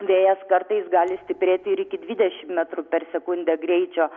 vėjas kartais gali stiprėti ir iki dvidešimt metrų per sekundę greičio